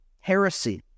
heresy